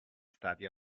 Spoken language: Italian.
stati